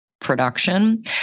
production